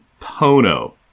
Pono